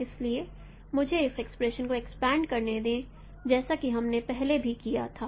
इसलिए मुझे इस एक्सप्रेशन को एक्सपेंड करने दें जैसा कि हमने पहले भी किया था